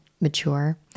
mature